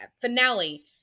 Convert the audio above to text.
finale